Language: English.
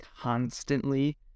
constantly